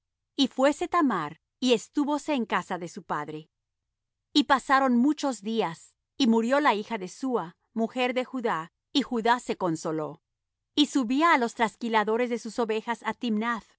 y fuése thamar y estúvose en casa de su padre y pasaron muchos días y murió la hija de súa mujer de judá y judá se consoló y subía á los trasquiladores de sus ovejas